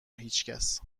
هیچکس